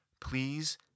please